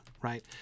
right